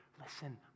listen